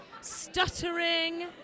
stuttering